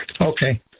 Okay